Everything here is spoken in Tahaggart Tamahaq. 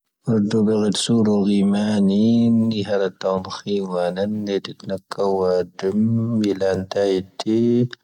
ʻʻⴰⴷⵡʻⵉⵍ ʻⵜʻⵙūⵔ ʻⵍʻⵉ ʻⵎāⵏⵉ ʻⵉⵏ ʻⵉ ⵀⴰⵔⴰⵜ ʻⴰⵏ ʻⵇʻⵉ ʻⵡⴰⵏ ʻⵉⵏ ʻⴻⵜⵉⴽ ʻⵏⴰⴽⴰⵡ ʻⴰⴷⵡʻⵉ ʻⵍʻⴰⵏⴷⴰⵉ ʻⵜʻⵉ.